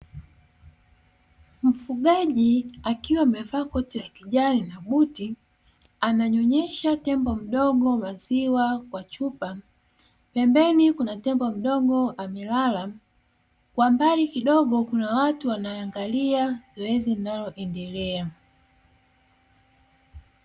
Mfugaji akiwa amevaa koti la kijani na buti, ananyonyesha tembo mdogo maziwa kwa chupa, pembeni kuna tembo mdogo amelala, kwa mbali kidogo kuna watu wanaangalia zoezi linaloendelea.